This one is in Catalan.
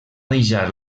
deixar